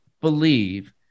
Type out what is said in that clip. believe